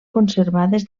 conservades